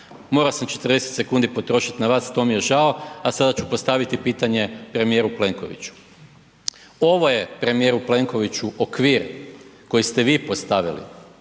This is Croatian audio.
Morao sam 40 sekundi potrošiti na vas, to mije žao a sada ću postaviti pitanje premijeru Plenkoviću. Ovo je premijeru Plenkoviću, okvir koji ste vi postavili,